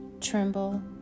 tremble